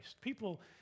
People